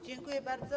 Dziękuję bardzo.